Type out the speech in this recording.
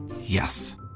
Yes